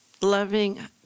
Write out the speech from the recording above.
loving